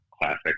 classic